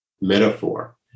metaphor